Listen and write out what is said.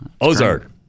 Ozark